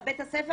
על בית הספר?